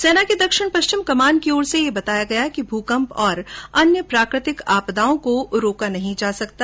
सेना के दक्षिण पश्चिमी कमान की ओर से ये बताया गया कि भूकंप और अन्य प्राकृतिक आपदाओं को रोका नहीं जा सकता